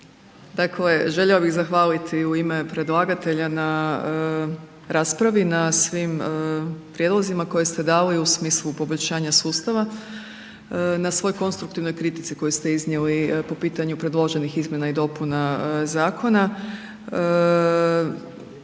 Dakle, željela bih zahvaliti u ime predlagatelja na raspravi na svim prijedlozima koje ste dali u smislu poboljšavanja sustava, na svoj konstruktivnoj kritici koju ste iznijeli po pitanju predloženih izmjena i dopuna zakona.